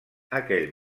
aquell